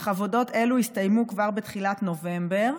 אך עבודות אלה הסתיימו כבר בתחילת נובמבר.